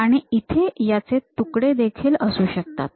आणि याचे इथे तुकडे देखील असू शकतात